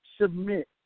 Submit